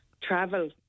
travel